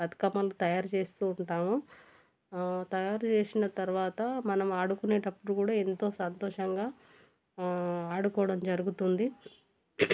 బతుకమ్మలు తయారు చేస్తూ ఉంటాము తయారు చేేసిన తరువాత మనం ఆడుకునేటప్పుడు కూడా ఎంతో సంతోషంగా ఆడుకోవడం జరుగుతుంది